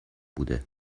بوده